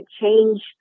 change